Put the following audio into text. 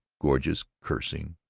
gorgeous cursing,